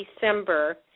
December